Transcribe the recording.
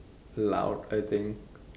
loud I think